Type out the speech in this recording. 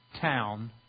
town